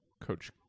Coach